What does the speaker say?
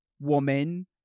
woman